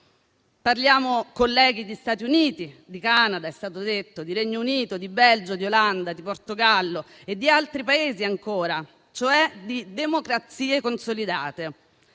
Parliamo, colleghi, di Stati Uniti, Canada, Regno Unito, Belgio, Olanda, Portogallo e di altri Paesi ancora, cioè di democrazie consolidate.